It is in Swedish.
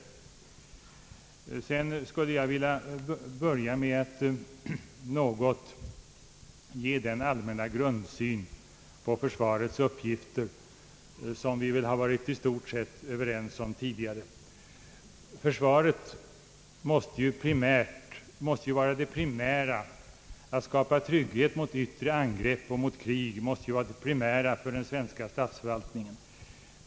Därefter skulle jag i någon mån vilja gå in på den allmänna grundsyn på försvarets uppgifter som vi väl i stort sett varit överens om tidigare. Den är att försvaret måste vara något alldeles primärt för den svenska statsledningen, att skapa trygghet mot yttre angrepp och mot krig över huvud taget.